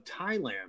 Thailand